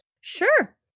Sure